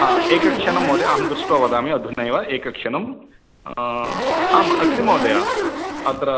एकक्षणं महोदय अहं दृष्ट्वा वदामि अधुनैव एकक्षणं आम् अस्ति महोदय अत्र